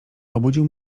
obudził